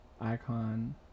Icon